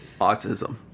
Autism